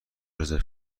رزرو